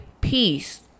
peace